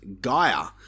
Gaia